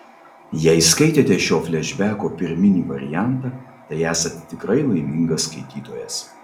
jei skaitėte šio flešbeko pirminį variantą tai esat tikrai laimingas skaitytojas